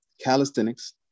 calisthenics